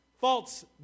false